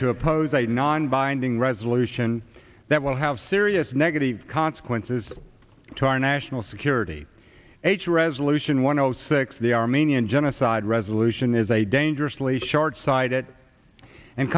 to oppose a non binding resolution that will have serious negative consequences to our national security h r resolution one o six the armenian genocide resolution is a dangerously short sighted and